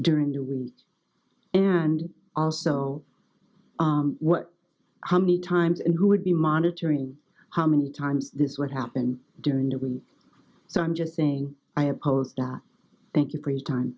during the week and also what how many times and who would be monitoring how many times this would happen during the week so i'm just saying i oppose that thank you for your time